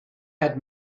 had